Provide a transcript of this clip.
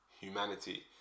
humanity